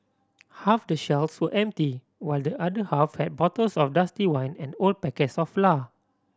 half the shelves were empty while the other half had bottles of dusty wine and old packets of flour